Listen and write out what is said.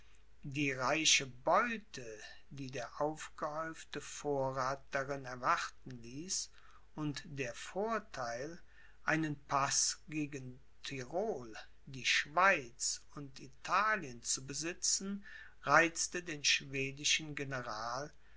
die reiche beute die der aufgehäufte vorrath darin erwarten ließ und der vortheil einen paß gegen tirol die schweiz und italien zu besitzen reizte den schwedischen general